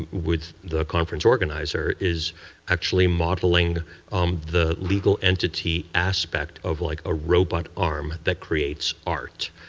um with the conference organizer, is actually modeling um the legal entity aspect of, like, a robot arm that creates art.